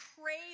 crave